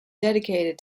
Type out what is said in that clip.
dedicated